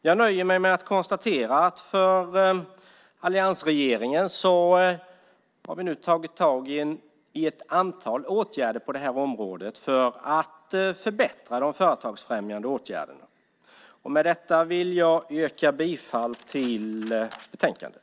Jag nöjer mig med att konstatera att alliansregeringen nu har tagit tag i ett antal åtgärder på det här området för att förbättra de företagsfrämjande åtgärderna. Med detta vill jag yrka bifall till förslaget i betänkandet.